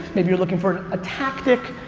maybe you're looking for a tactic.